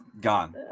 gone